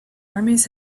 armies